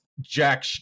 Jack